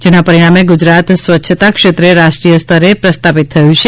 જેના પરિણામે ગુજરાત સ્વચ્છતા ક્ષેત્રે રાષ્ટ્રીય સ્તરે પ્રસ્થાપિત થયુ છે